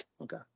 Okay